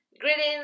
Greetings